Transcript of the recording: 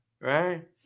right